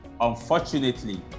Unfortunately